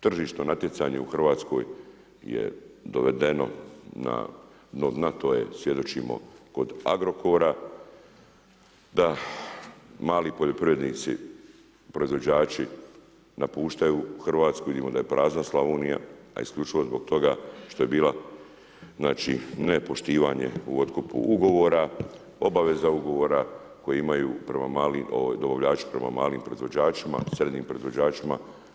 Tržišno natjecanje u Hrvatskoj je dovedeno na dno dna, to svjedočimo kod Agrokora, da mali poljoprivrednici, proizvođači napuštaju Hrvatsku, vidimo da je prazna Slavonija a isključivo zbog toga što je bila, znači nepoštivanje u otkupu ugovora, obaveza ugovor koji imaju prema malim, dobavljači prema malim proizvođačima, srednjim proizvođačima.